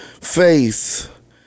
faith